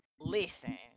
listen